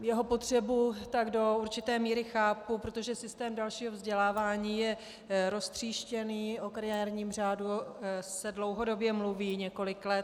Jeho potřebu tak do určité míry chápu, protože systém dalšího vzdělávání je roztříštěný, o kariérním řádu se dlouhodobě mluví několik let.